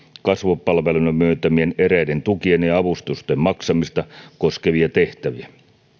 kasvupalveluina myöntämien tukien ja avustusten maksamista koskevia tehtäviä